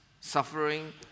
suffering